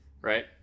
Right